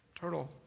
turtle